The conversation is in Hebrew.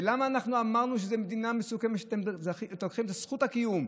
ולמה אנחנו אמרנו שאתם לוקחים את זכות הקיום?